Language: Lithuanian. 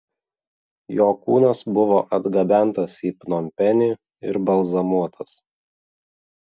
jo kūnas buvo atgabentas į pnompenį ir balzamuotas